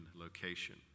location